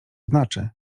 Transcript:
znaczy